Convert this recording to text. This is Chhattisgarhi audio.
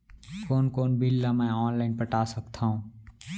कोन कोन बिल ला मैं ऑनलाइन पटा सकत हव?